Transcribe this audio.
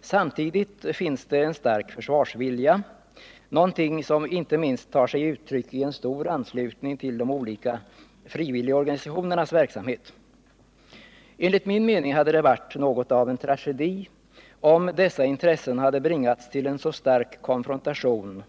Samtidigt finns det en stark försvarsvilja, något som inte minst tar sig uttryck i en stor anslutning till de olika frivilligorganisationernas verksamhet. Enligt min mening hade det varit något av en tragedi om dessa intressen hade bringats till en så stark konfrontation